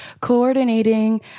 coordinating